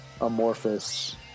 amorphous